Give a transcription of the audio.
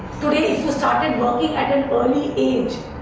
today if you started working at an early age.